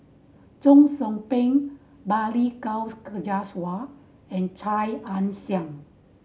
Cheong Soo Pieng Balli Kaur Jaswal and Chia Ann Siang